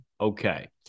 Okay